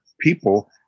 people